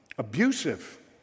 abusive